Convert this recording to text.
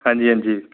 हंजी हंजी